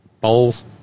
bowls